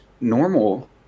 normal